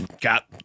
got